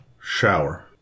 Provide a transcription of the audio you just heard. shower